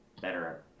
better